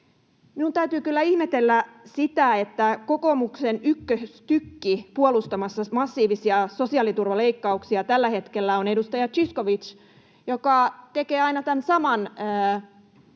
Minun täytyy kyllä ihmetellä sitä, että kokoomuksen ykköstykki puolustamassa massiivisia sosiaaliturvaleikkauksia tällä hetkellä on edustaja Zyskowicz, joka tekee aina tämän saman toiminnan